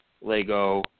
Lego